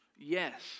Yes